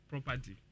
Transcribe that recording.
Property